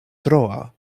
troa